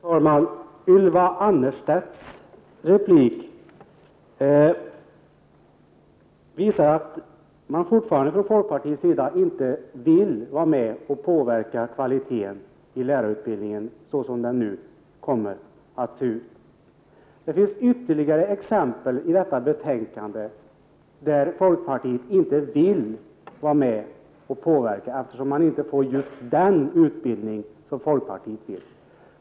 Herr talman! Ylva Annerstedts replik visar att man i folkpartiet inte vill vara med och påverka kvaliteten i lärarutbildningen såsom den nu kommer att se ut. Det finns ytterligare exempel i detta betänkande där folkpartiet inte vill vara med och påverka därför att man inte får just den utbildning man vill ha.